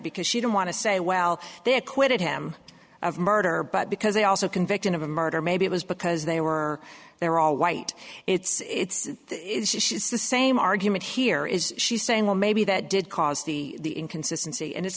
because she didn't want to say well they acquitted him of murder but because they also convicted of a murder maybe it was because they were there all white it's the same argument here is she's saying well maybe that did cause the inconsistency and it's